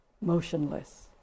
Motionless